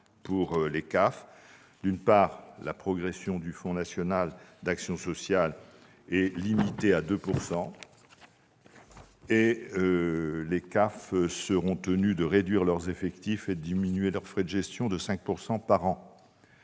pour les CAF : d'une part, la progression du Fonds national d'action sociale est limitée à 2 % et, d'autre part, les CAF seront tenues de réduire leurs effectifs et de diminuer leurs frais de gestion de 5 % par an.